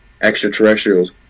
extraterrestrials